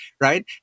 right